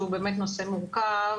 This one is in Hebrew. שהוא באמת נושא מורכב,